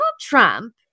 Trump